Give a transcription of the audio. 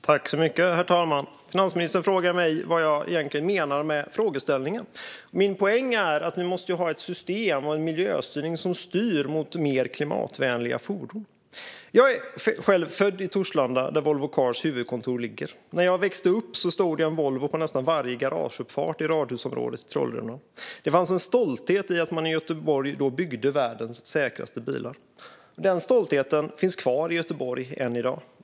Herr talman! Finansministern frågar mig vad jag egentligen menar med frågeställningen. Min poäng är att ni måste ha ett system och en miljöstyrning som styr mot mer klimatvänliga fordon. Jag är själv född i Torslanda, där Volvo Cars huvudkontor ligger. När jag växte upp stod det en Volvo på nästan varje garageuppfart i radhusområdet Trollrunan. Det fanns en stolthet i att man i Göteborg då byggde världens säkraste bilar. Den stoltheten finns kvar i Göteborg än i dag.